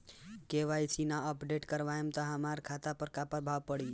KYC ना update करवाएम त हमार खाता पर का प्रभाव पड़ी?